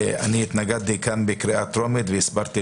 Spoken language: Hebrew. אני התנגדתי כאן בקריאה טרומית, והסברתי